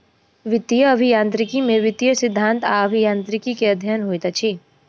वित्तीय अभियांत्रिकी में वित्तीय सिद्धांत आ अभियांत्रिकी के अध्ययन होइत अछि